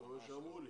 זה מה שאמרו לי.